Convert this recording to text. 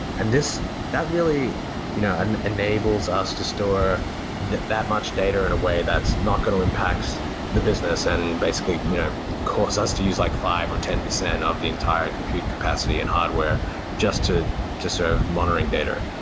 and that really you know and enables us to store that that much data in a way that's not going to impact the business and basically you know cause us to use like five percent or ten percent of the entire compute capacity and hardware just to to serve monitoring data.